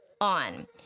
on